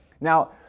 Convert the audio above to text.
Now